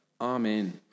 Amen